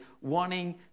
wanting